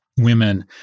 women